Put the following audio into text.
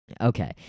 Okay